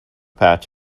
patch